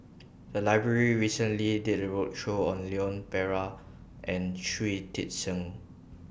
The Library recently did A roadshow on Leon Perera and Shui Tit Sing